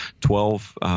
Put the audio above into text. twelve